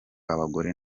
abagore